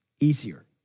easier